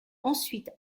ensuite